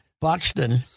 Buxton –